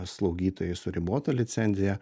slaugytojais su ribota licenzija